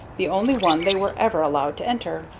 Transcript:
the only one they were ever allowed to enter.